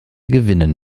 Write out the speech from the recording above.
gewinnen